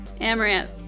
Amaranth